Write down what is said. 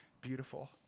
beautiful